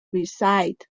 reside